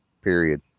Period